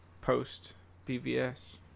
post-BVS